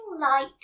light